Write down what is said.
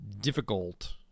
difficult